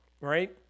Right